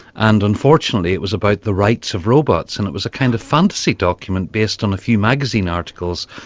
and unfortunately it was about the rights of robots and it was a kind of fantasy document based on a few magazine articles,